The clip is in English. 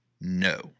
no